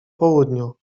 południu